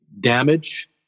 damage